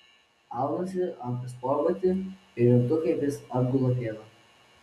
aunuosi antrą sportbatį ir juntu kaip jis apgula pėdą